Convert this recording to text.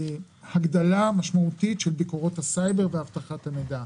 הוא הגדלה משמעותית של ביקורות הסייבר ואבטחת המידע.